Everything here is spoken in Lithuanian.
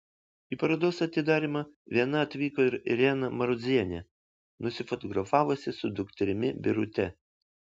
į parodos atidarymą viena atvyko ir irena marozienė nusifotografavusi su dukterimi birute